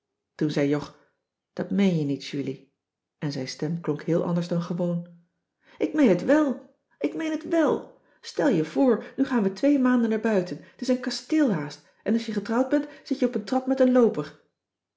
toen zei jog dat meen je niet julie en zijn stem klonk heel anders dan gewoon ik meen het wèl ik ineen het wèl stel je voor nu gaan we twee maanden naar buiten t is een kasteel haast en als je getrouwd bent zit je op een trap met een looper